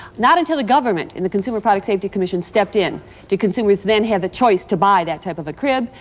not until the government and the consumer product safety commission stepped in did consumers then have the choice to buy that type of a crib,